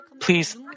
please